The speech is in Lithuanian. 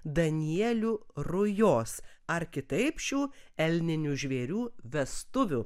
danielių rujos ar kitaip šių elninių žvėrių vestuvių